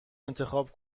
انتخاب